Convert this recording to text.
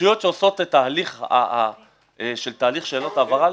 רשויות שעושות את התהליך של שאלות ההבהרה,